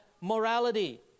morality